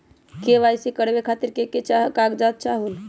KYC करवे खातीर के के कागजात चाहलु?